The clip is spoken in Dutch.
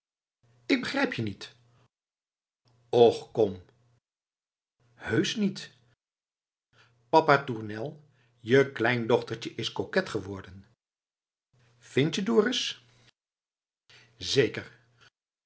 k begrijp je niet och kom heusch niet papa tournel je kleindochterje is coquet geworden vind je dorus zeker